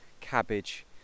cabbage